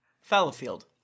Fallowfield